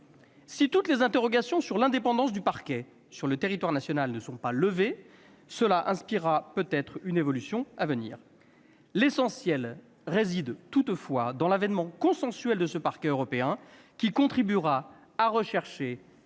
Si toutes les interrogations sur l'indépendance du Parquet sur le territoire national ne sont pas levées, cela inspirera peut-être une évolution à venir. L'essentiel réside toutefois dans l'avènement consensuel de ce Parquet européen, qui contribuera à rechercher,